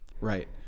Right